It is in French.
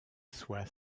soie